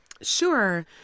Sure